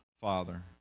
Father